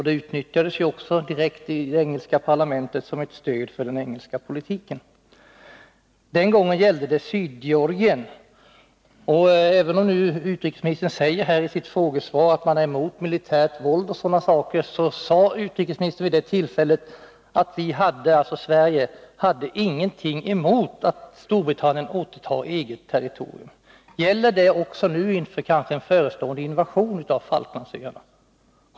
Det utnyttjades ju också direkt i det engelska parlamentet som ett stöd för den engelska politiken. Den gången gällde det Sydgeorgien, och även om utrikesministern i sitt svar häri dag säger att han är emot våld, är det ofrånkomligt att utrikesministern den 26 april sade att Sverige inte hade någonting emot att Storbritannien återtog eget territorium. Gäller det uttalandet också nu, kanske inför en förestående invasion av Falklandsöarna?